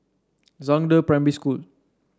Zhangde Primary School